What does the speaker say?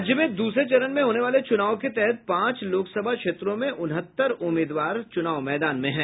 राज्य में दूसरे चरण में होने वाले चुनाव के तहत पांच लोकसभा क्षेत्रों में उनहत्तर उम्मीदवार चुनाव मैदान में हैं